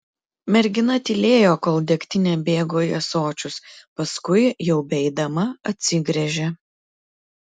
mergina tylėjo kol degtinė bėgo į ąsočius paskui jau beeidama atsigręžė